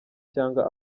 cyangwa